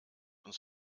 uns